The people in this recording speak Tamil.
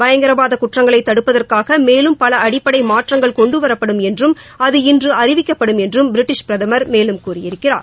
பயங்கரவாத குற்றங்களை தடுப்பதற்காக மேலும பல அடிப்படை மாற்றங்கள் கொண்டு வரப்படும் என்றும் அது இன்று அறிவிக்கப்படும் என்றும் பிரிட்டீஷ் பிரதமர் மேலும் கூறியிருக்கிறார்